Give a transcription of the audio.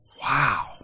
wow